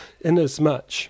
inasmuch